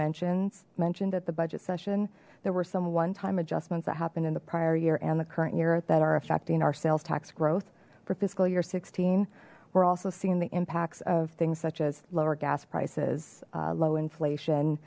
mentioned mentioned at the budget session there were some one time adjustments that happened in the prior year and the current year that are affecting our sales tax growth for fiscal year sixteen we're also seeing the impacts of things such as lower gas prices low inflation